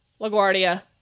LaGuardia